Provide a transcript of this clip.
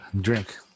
Drink